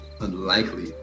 unlikely